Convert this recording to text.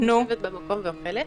מתיישבת במקום ואוכלת.